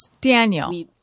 Daniel